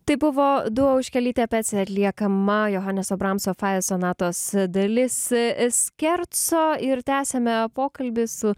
tai buvo duo auškelytė peci atliekama johaneso bramso fae sonatos dalis skerco ir tęsiame pokalbį su